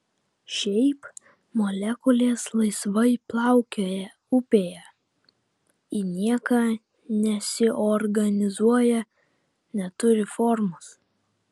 šiaip molekulės laisvai plaukioja upėje į nieką nesiorganizuoja neturi formos